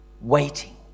waiting